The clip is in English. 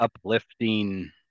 uplifting